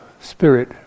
spirit